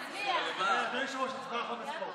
אדוני היושב-ראש, הצבעה, תצביע,